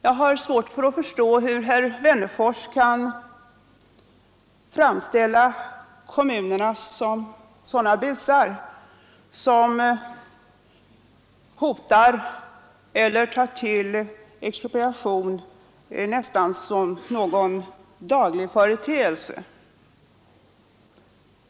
Jag har svårt att förstå hur herr Wennerfors kan framställa kommunerna som busar som hotar med eller tar till expropriation nästan som daglig företeelse.